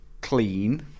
clean